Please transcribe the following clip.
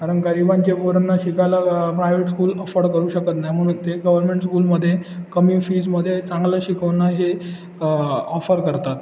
कारण गरिबांचे पोरांना शिकायला प्रायव्हेट स्कूल अफोर्ड करू शकत नाही म्हणून ते गव्हर्मेंट स्कूलमध्ये कमी फीजमध्ये चांगलं शिकवणं हे ऑफर करतात